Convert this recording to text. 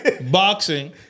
Boxing